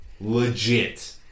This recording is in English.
Legit